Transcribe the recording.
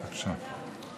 בבקשה.